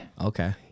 Okay